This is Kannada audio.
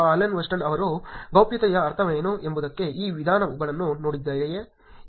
ಅಲನ್ ವೆಸ್ಟಿನ್ ಅವರು ಗೌಪ್ಯತೆಯ ಅರ್ಥವೇನು ಎಂಬುದಕ್ಕೆ ಈ ವಿಧಾನಗಳನ್ನು ನೋಡಿದ್ದಾರೆಯೇ